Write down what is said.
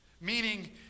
Meaning